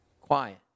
quiet